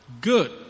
good